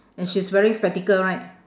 and she's wearing spectacle right